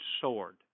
sword